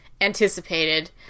anticipated